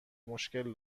مشکل